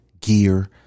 gear